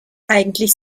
eigentlich